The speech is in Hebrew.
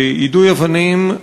יידוי אבנים,